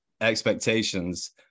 expectations